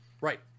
right